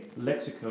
Lexico